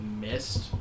missed